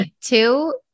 Two